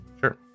Sure